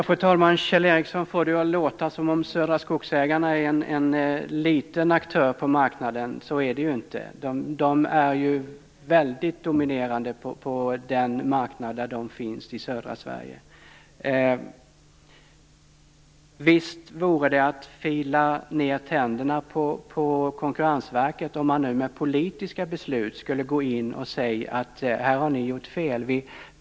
Fru talman! Kjell Ericsson får det att låta som om Södra Skogsägarna är en liten aktör på marknaden. Så är det ju inte. De är väldigt dominerande på den marknad där de finns, i södra Sverige. Visst vore det att fila ned tänderna på Konkurrensverket om man med politiska beslut skulle gå in och säga att här har ni gjort fel.